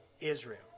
Israel